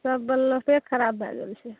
सब बल्बे खराब भए गेल छै